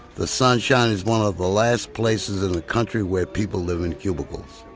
the sunshine is one of the last places in the country where people live in cubicles.